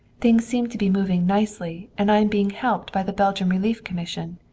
things seem to be moving nicely, and i am being helped by the belgian relief commission.